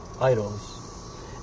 idols